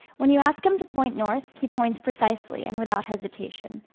when you ask him to point north, he points precisely and without hesitation.